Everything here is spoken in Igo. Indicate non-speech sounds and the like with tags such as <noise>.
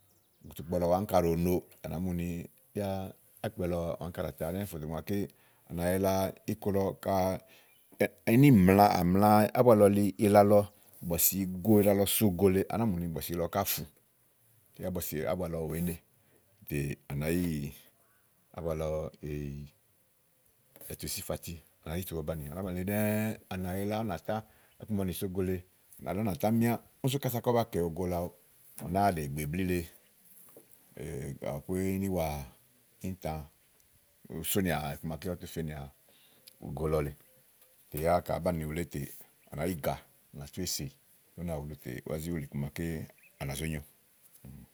òkùtukpɔ lɔ à áŋka ɖòo no à nàá mu ni yá ákpɛ lɔ wàá áŋka ɖàa ta ɖɛ́ɛ́ fò dò ígbè màaké à nà yila iku lɔ ka èé ni mlàa ka à mla ábua lɔ li ila lɔ bɔ̀sì igo ila lɔ so ògo lèe, à nàáa mù ni bɔ̀sì lɔ ká á fu tè yá bɔ̀sì ábua lɔ wèé ne tè à nàá yìí ábu lɔ é à nà tú si ífati à nàá zi tùu ubabanì à nà zá bànìi elí ɖɛ́ɛ́ à nà yila, ú nà tá. iku màa ɔwɔ nì so ògo lèe à nà yila ú nà tá míá úni sú kása kɔ́ ba kɛ̀ ògo lèe awu, ka ù náa ɖe ìgbè blí le, <hesitation> gàpopó ínìwà, íìntã. ùú sònìà iku maké ɔwɔ tu fènìà ògo lɔ lèe tè yá ka àá banìi wulé tè à nàá yi gàa á nà tú nà wulu tè yá ùú zi wùlì iku màa ànà zó nyo.